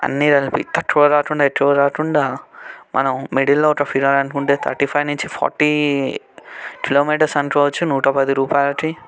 అన్నీ కలిపి తక్కువ కాకుండా ఎక్కువ కాకుండా మనం మిడిల్లో ఒక ఫిగర్ అనుకుంటే థర్టీ ఫైవ్ నుంచి ఫార్టీ కిలోమీటర్స్ అనుకోవచ్చు నూట పది రూపాయలకి